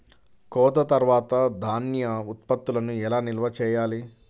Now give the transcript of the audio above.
కోత తర్వాత ధాన్య ఉత్పత్తులను ఎలా నిల్వ చేయాలి?